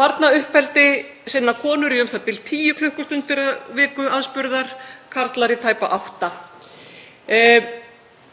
Barnauppeldi sinna konur í u.þ.b. tíu klukkustundir á viku, aðspurðar, karlar í tæpar átta.